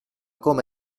come